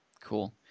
Cool